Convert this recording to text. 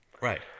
Right